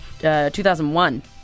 2001